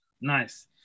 Nice